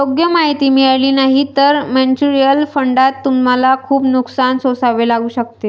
योग्य माहिती मिळाली नाही तर म्युच्युअल फंडात तुम्हाला खूप नुकसान सोसावे लागू शकते